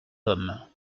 homme